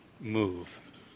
move